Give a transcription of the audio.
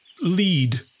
lead